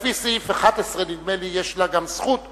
ולפי סעיף 11, נדמה לי, יש לה גם זכות לבוא,